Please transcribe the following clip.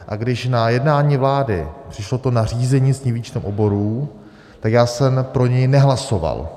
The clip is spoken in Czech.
A když na jednání vlády přišlo nařízení s tím výčtem oborů, tak já jsem pro něj nehlasoval.